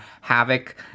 havoc